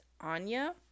Anya